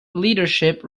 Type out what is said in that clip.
leadership